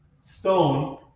stone